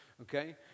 Okay